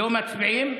לא מצביעים.